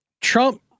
Trump